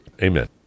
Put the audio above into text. Amen